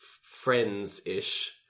friends-ish